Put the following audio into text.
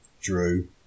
Drew